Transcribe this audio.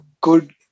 good